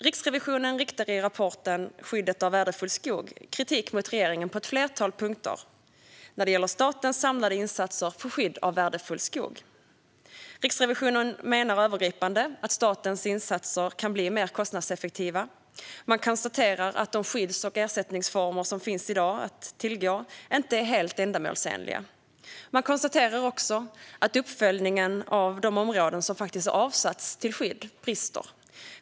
Riksrevisionen riktar i rapporten Skyddet av värdefull skog kritik mot regeringen på ett flertal punkter när det gäller statens samlade insatser för skydd av värdefull skog. Riksrevisionen menar övergripande att statens insatser kan bli mer kostnadseffektiva. Man konstaterar att de skydds och ersättningsformer som i dag finns att tillgå inte är helt ändamålsenliga. Man konstaterar också att uppföljningen av de områden som avsatts för skydd brister.